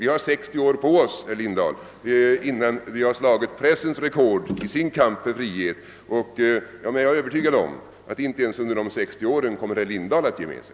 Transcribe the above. Vi har 60 år på oss, herr Lindahl, innan vi har slagit pressens rekord i dess kamp för frihet. Men jag är övertygad om att inte ens under dessa 60 år kommer herr Lindahl att ge med sig.